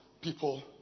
people